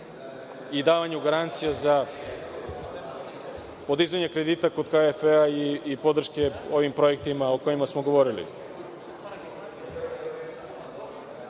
i davanju garancija za podizanje kredita kod KfW i podrške ovim projektima o kojima smo govorili?